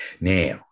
Now